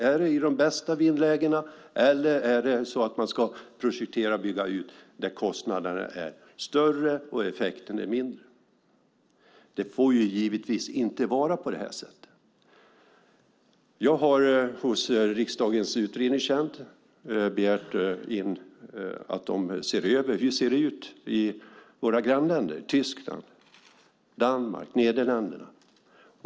Är det i de bästa vindlägena eller ska de projektera och bygga ut där kostnaderna är större och effekten mindre? Det får givetvis inte vara på det sättet. Jag har hos riksdagens utredningstjänst begärt att få utrett hur det ser ut i våra grannländer: Tyskland, Danmark och Nederländerna.